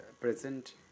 present